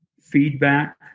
feedback